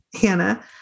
Hannah